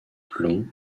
plomb